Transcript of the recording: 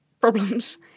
problems